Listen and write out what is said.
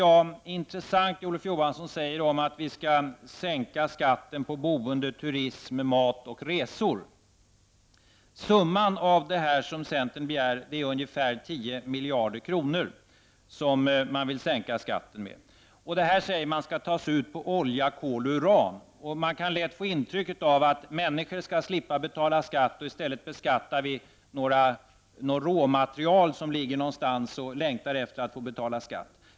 Men det som han säger om att vi skall sänka skatten på boende, turism, mat och resor tycker jag ändå är intressant. Den summa som centern vill sänka skatten med är ungefär 10 miljarder. De pengarna, säger man, skall tas ut på olja, kol och uran. Man kan lätt få det intrycket att människor skall slippa betala skatt. I stället skall något råmaterial beskattas som så att säga längtar efter att få betala skatt.